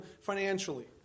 financially